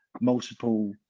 multiple